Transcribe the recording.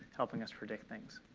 helping us predict things.